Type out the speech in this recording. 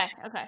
okay